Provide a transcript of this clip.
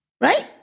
Right